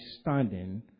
standing